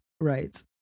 right